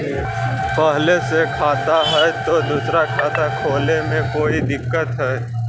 पहले से खाता है तो दूसरा खाता खोले में कोई दिक्कत है?